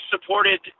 supported